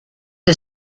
the